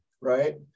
right